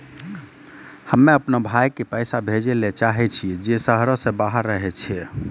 हम्मे अपनो भाय के पैसा भेजै ले चाहै छियै जे शहरो से बाहर रहै छै